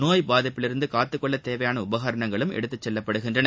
நோய் பாதிப்பிலிருந்து காத்துக்கொள்ள தேவையான உபகரணங்களும் எடுத்துச்செல்லப்படுகின்றன